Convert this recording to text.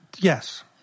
Yes